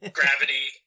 gravity